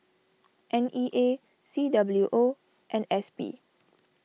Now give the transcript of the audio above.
N E A C W O and S P